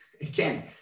again